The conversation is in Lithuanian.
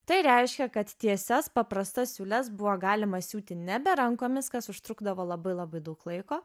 tai reiškia kad tiesias paprastas siūles buvo galima siūti nebe rankomis kas užtrukdavo labai labai daug laiko